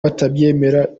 batabyemera